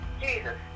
Jesus